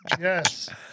Yes